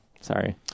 sorry